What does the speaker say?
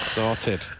Started